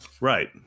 right